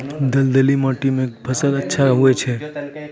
दलदली माटी म कोन फसल अच्छा होय छै?